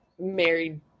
married